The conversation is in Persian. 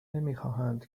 نمیخواهند